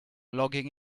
logging